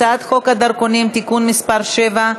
הצעת חוק הדרכונים (תיקון מס' 7),